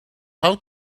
how